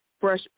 Fresh